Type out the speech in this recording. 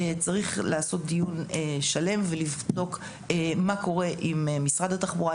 צריך לעשות דיון שלם ולבדוק מה קורה עם משרד התחבורה,